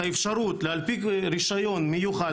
את האפשרות להנפיק רישיון מיוחד,